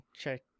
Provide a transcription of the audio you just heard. check